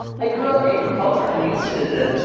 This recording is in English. i grew up agriculture. i'm used to the